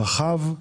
רחב,